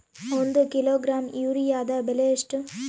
ಒಂದು ಕಿಲೋಗ್ರಾಂ ಯೂರಿಯಾದ ಬೆಲೆ ಎಷ್ಟು?